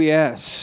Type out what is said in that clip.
yes